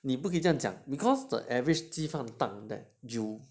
你不给这样讲 because the average 鸡饭摊 that you